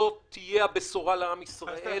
זו תהיה הבשורה לעם ישראל